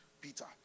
Peter